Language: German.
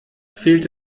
fehlt